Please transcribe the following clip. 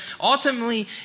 ultimately